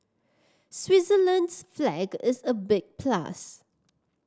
Switzerland's flag is a big plus